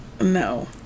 no